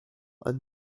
and